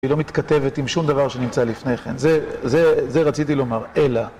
היא לא מתכתבת עם שום דבר שנמצא לפני כן, זה... זה... זה רציתי לומר, אלא...